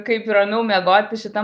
kaip ramiau miegoti šitam